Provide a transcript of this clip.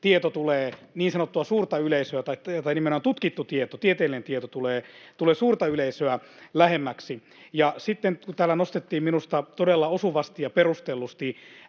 tutkinut, ja sillä tavalla taatusti tutkittu tieto, tieteellinen tieto, tulee suurta yleisöä lähemmäksi. Sitten täällä nostettiin minusta todella osuvasti ja perustellusti